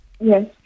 Yes